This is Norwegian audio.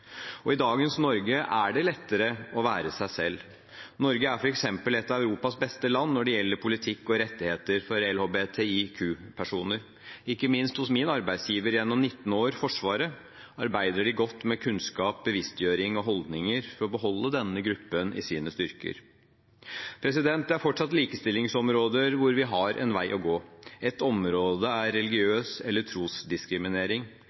Og i dagens Norge er det lettere å være seg selv. Norge er f.eks. et av Europas beste land når det gjelder politikk og rettigheter for LHBTIQ-personer. Ikke minst hos min arbeidsgiver gjennom 19 år, Forsvaret, arbeider de godt med kunnskap, bevisstgjøring og holdninger for å beholde denne gruppen i sine styrker. Det er fortsatt likestillingsområder hvor vi har en vei å gå. Et område er